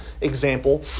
example